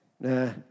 Nah